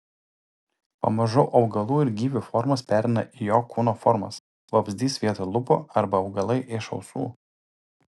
pamažu augalų ir gyvių formos pereina į jo kūno formas vabzdys vietoj lūpų arba augalai iš ausų